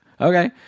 okay